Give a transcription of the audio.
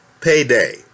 payday